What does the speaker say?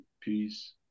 peace